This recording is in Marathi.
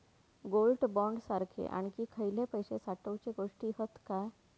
गोल्ड बॉण्ड सारखे आणखी खयले पैशे साठवूचे गोष्टी हत काय?